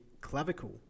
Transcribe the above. clavicle